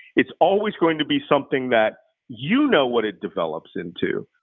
it's always going to be something that you know what it develops into,